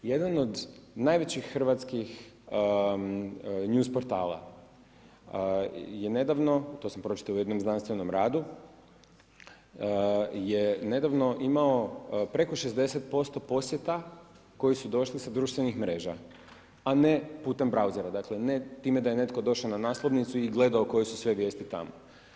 Jedan od najvećih hrvatskih news portala je nedavno, to sam pročitao u jednom znanstvenom radu, je nedavno imao preko 60% posjeta koji su došli sa društvenih mreža, a ne putem browsera, dakle ne time da je netko došao na naslovnicu i gledao koje su sve vijesti tamo.